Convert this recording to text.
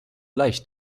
leicht